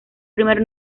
primer